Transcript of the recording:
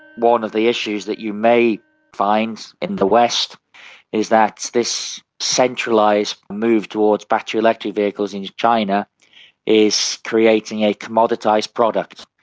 one of the issues that you may find in the west is that this centralised move towards battery electric vehicles in china is creating a commoditised product.